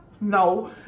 No